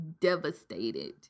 devastated